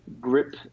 grip